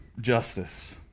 justice